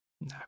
No